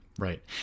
Right